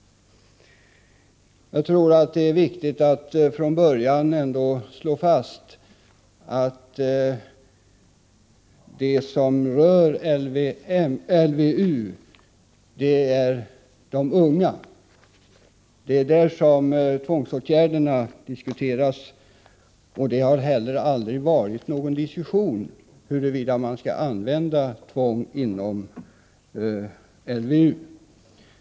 Jag tror att det är viktigt att från början slå fast att det som rör LVU gäller de unga. Det är där som tvångsåtgärderna diskuteras, och det har aldrig varit någon diskussion om huruvida vi skall använda tvång inom LVU.